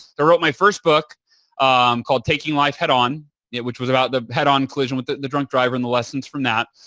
wrote my first book called taking life head on yeah which was about the head-on collision with the the drunk driver and the lessons from that.